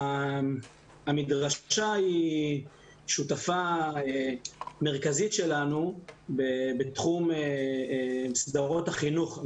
המדרשה היא שותפה מרכזית שלנו בתחום סדרות החינוך.